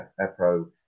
APRO